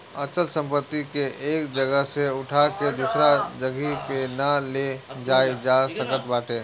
अचल संपत्ति के एक जगह से उठा के दूसरा जगही पे ना ले जाईल जा सकत बाटे